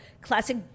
classic